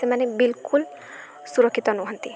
ସେମାନେ ବିଲକୁଲ୍ ସୁରକ୍ଷିତ ନୁହନ୍ତି